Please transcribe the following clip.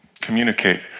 communicate